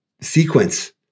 sequence